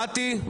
מטי.